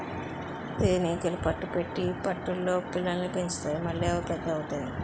తేనీగలు పట్టు పెట్టి పట్టులో పిల్లల్ని పెంచుతాయి మళ్లీ అవి పెద్ద అవుతాయి